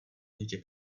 dítě